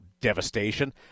devastation